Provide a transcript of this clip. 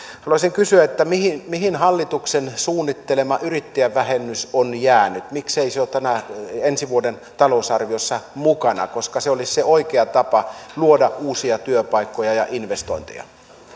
haluaisin kysyä mihin mihin hallituksen suunnittelema yrittäjävähennys on jäänyt miksei se ole ensi vuoden talousarviossa mukana se olisi se oikea tapa luoda uusia työpaikkoja ja investointeja